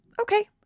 okay